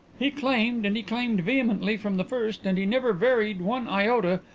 he claimed, and he claimed vehemently from the first and he never varied one iota,